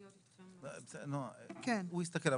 בסדר, נעה, הוא יסתכל.